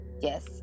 yes